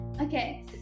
Okay